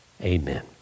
Amen